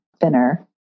thinner